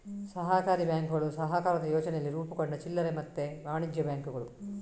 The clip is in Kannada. ಸಹಕಾರಿ ಬ್ಯಾಂಕುಗಳು ಸಹಕಾರದ ಯೋಚನೆಯಲ್ಲಿ ರೂಪುಗೊಂಡ ಚಿಲ್ಲರೆ ಮತ್ತೆ ವಾಣಿಜ್ಯ ಬ್ಯಾಂಕುಗಳು